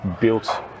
built